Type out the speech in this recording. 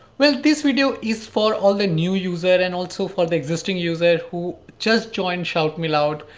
well, this video is for all the new user and also for the existing user who just joined shoutmeloud.